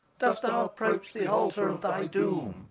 dost thou approach the altar of thy doom,